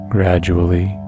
Gradually